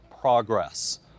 progress